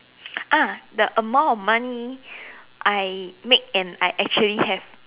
ah the amount of money I make and I actually have